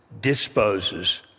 disposes